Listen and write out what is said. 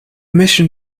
mission